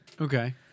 Okay